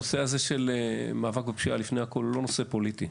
הנושא הזה של מאבק בפשיעה הוא לא נושא פוליטי,